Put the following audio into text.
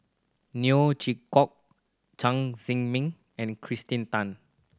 Neo Chwee Kok Chen Zhiming and Kirsten Tan